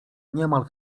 niemal